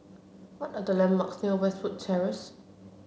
what are the landmarks near Westwood Terrace